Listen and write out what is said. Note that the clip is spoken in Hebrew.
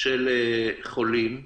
של חולים ומונשמים,